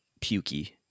pukey